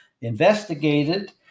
investigated